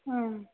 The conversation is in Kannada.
ಹ್ಞೂ